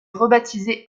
rebaptisée